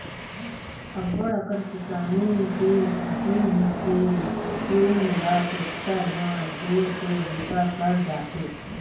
अब्बड़ कन किसानी के मसीन हे जउन ल टेक्टर म जोरके बूता करे जाथे